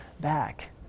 back